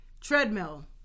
treadmill